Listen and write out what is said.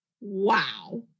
Wow